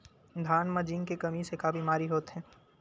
धान म जिंक के कमी से का बीमारी होथे?